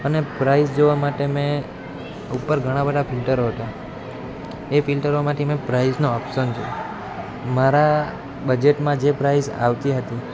અને પ્રાઇઝ જોવા માટે મેં ઉપર ઘણા બધા ફિલ્ટરો હતા એ ફિલ્ટરોમાંથી મેં પ્રાઇઝનો ઓપ્શન જોયો મારા બજેટમાં જે પ્રાઇઝ આવતી હતી